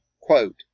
quote